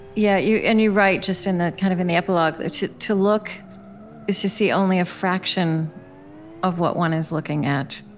yeah you and you write, just in the kind of in the epilogue, to to look is to see only a fraction of what one is looking at.